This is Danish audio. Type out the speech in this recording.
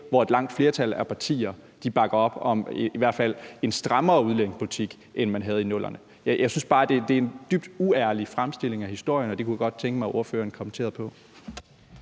hvor et stort flertal af partierne bakker op om en i hvert fald strammere udlændingepolitik, end man havde i 00'erne, synes jeg bare er en dybt uærlig fremstilling af historien, og det kunne jeg godt tænke mig at ordføreren kommenterede på.